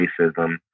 racism